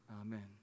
Amen